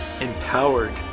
empowered